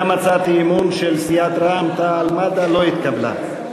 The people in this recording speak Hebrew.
גם הצעת האי-אמון של סיעת רע"ם-תע"ל-מד"ע לא התקבלה.